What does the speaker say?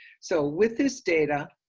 so with this data,